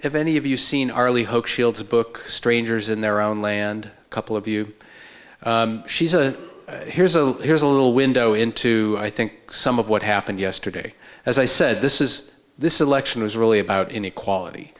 if any of you seen our only hope shields book strangers in their own land a couple of you she's a here's a here's a little window into i think some of what happened yesterday as i said this is this election is really about inequality